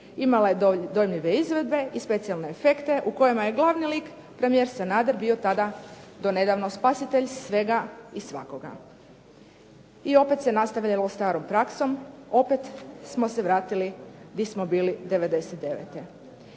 Imala je dojmljive izvedbe i specijalne efekte u kojima je glavni lik premijer Sanader bio tada donedavno spasitelj svega i svakoga. I opet se nastavljalo starom praksom, opet smo se vratili gdje smo bili '99.